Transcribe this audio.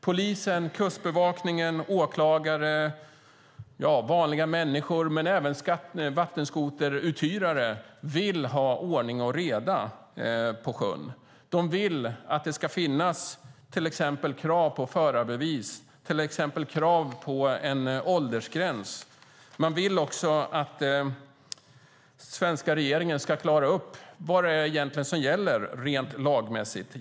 Polisen, Kustbevakningen, åklagare, vanliga människor och även vattenskoteruthyrare vill ha ordning och reda på sjön. De vill att det ska finnas till exempel krav på förarbevis och krav på en åldersgräns. De vill också att den svenska regeringen ska klara ut vad det egentligen är som gäller rent lagmässigt.